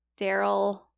Daryl